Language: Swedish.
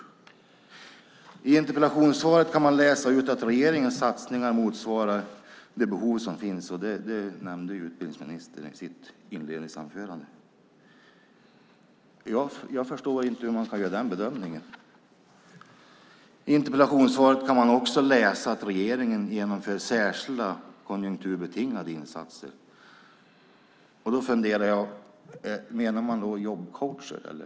Av interpellationssvaret framgick att regeringens satsningar motsvarar de behov som finns. Det nämnde utbildningsministern i sitt inledningsanförande. Jag förstår inte hur man kan göra den bedömningen. Av interpellationssvaret framgick också att regeringen genomför särskilda konjunkturbetingade insatser. Menar man då jobbcoacher?